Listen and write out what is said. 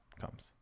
comes